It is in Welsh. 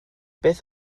beth